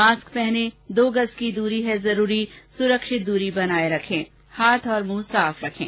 mask पहनें दो गज़ की दूरी है जरूरी सुरक्षित दूरी बनाए रखें हाथ और मुंह साफ रखें